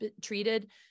treated